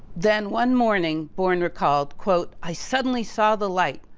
then one morning born recalled, i suddenly saw the light.